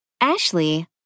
Ashley